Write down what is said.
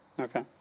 okay